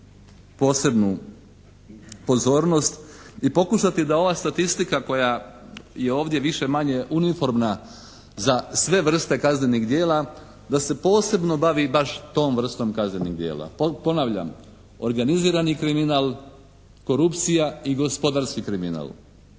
posebnu pozornost i pokušati da ova statistika koja je ovdje više-manje uniformna za sve vrste kaznenih djela da se posebno bavi baš tom vrstom kaznenih djela. Ponavljam, organizirani kriminal, korupcija i gospodarski kriminal,